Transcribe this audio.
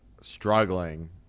struggling